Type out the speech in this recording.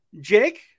Jake